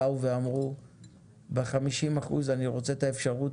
באו ואמרו שב-50% הם רוצים את האפשרות